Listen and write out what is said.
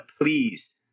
please